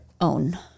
own